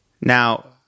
Now